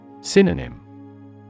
Synonym